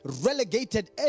relegated